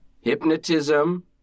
hypnotism